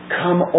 come